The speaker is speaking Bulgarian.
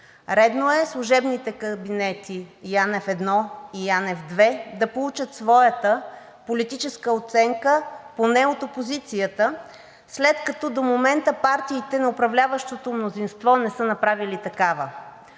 Редно е служебните кабинети Янев 1 и Янев 2 да получат своята политическа оценка поне от опозицията, след като до момента партиите на управляващото мнозинство не са направили такава.